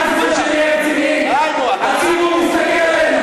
אבל הגיע הזמן שנהיה רציניים, הציבור מסתכל עלינו.